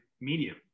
medium